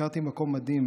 הכרתי מקום מדהים,